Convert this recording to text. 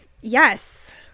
Yes